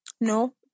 No